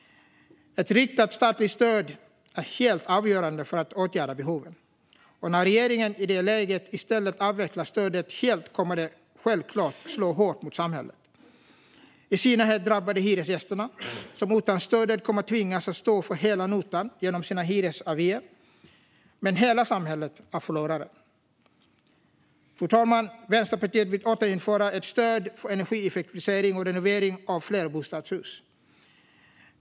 Ett riktat statligt stöd är helt avgörande för att åtgärda behoven, och när regeringen i det läget i stället avvecklar stödet helt kommer det självklart att slå hårt mot samhället. I synnerhet drabbar det hyresgästerna, som utan stödet kommer att tvingas stå för hela notan genom sina hyresavier. Men hela samhället är förlorare. Fru talman! Vänsterpartiet vill återinföra ett stöd för energieffektivisering och renovering av flerbostadshus.